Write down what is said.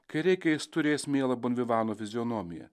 kai reikia jis turės mielą bonvivanų fizionomiją